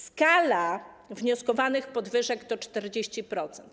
Skala wnioskowanych podwyżek to 40%.